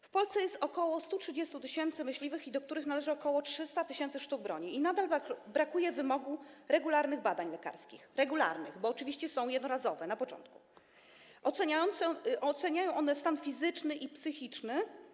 W Polsce jest około 130 tys. myśliwych, do których należy ok. 300 tys. sztuk broni, a nadal brakuje wymogu regularnych badań lekarskich - regularnych, bo oczywiście są badania jednorazowe na początku - oceniających stan fizyczny i psychiczny.